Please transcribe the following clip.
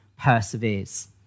perseveres